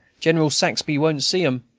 general saxby won't see em,